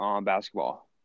basketball